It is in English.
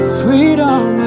freedom